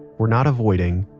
we're not avoiding.